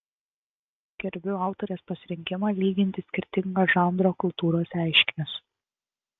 gerbiu autorės pasirinkimą lyginti skirtingo žanro kultūros reiškinius